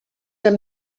amb